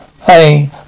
hey